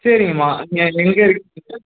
சரிங்கம்மா நீங்கள் எங்கே இருக்கீங்கள்